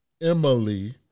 Emily